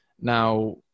now